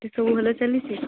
ତୋର ସବୁ ଭଲ ଚାଲିଛି